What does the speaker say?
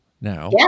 now